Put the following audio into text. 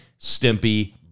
Stimpy